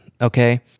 Okay